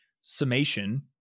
summation